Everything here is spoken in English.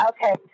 Okay